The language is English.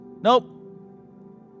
Nope